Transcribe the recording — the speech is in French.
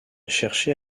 cherché